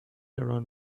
around